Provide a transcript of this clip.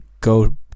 go